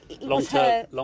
long-term